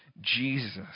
Jesus